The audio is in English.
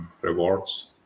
rewards